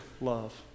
love